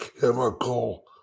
chemical